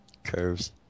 Curves